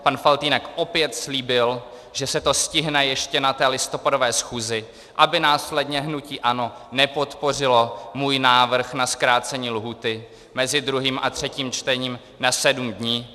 Pan Faltýnek opět slíbil, že se to stihne ještě na listopadové schůzi, aby následně hnutí ANO nepodpořilo můj návrh na zkrácení lhůty mezi 2. a 3. čtením na 7 dní.